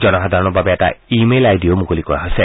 জনসাধাৰণৰ বাবে এটা ই মেইল আই ডিও মুকলি কৰা হৈছে